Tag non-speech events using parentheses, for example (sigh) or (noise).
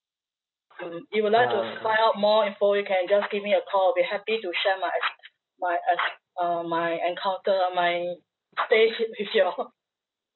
mm you would like to find out more information you can just give me a call I'll be happy to share my ex~ my ex~ uh my encounter my stay here with you all (laughs)